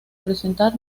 presentar